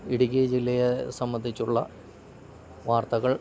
ഇടുക്കി ജില്ലയെ സംബന്ധിച്ചുള്ള വാർത്തകൾ